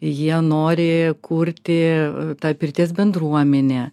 jie nori kurti tą pirties bendruomenę